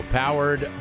powered